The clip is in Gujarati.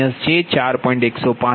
165 p